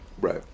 Right